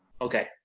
Okay